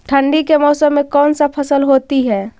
ठंडी के मौसम में कौन सा फसल होती है?